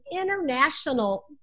international